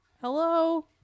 Hello